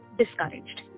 discouraged